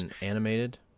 animated